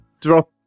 drop